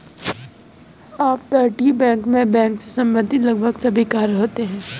अपतटीय बैंक मैं बैंक से संबंधित लगभग सभी कार्य होते हैं